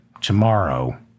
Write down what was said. tomorrow